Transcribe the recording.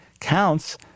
counts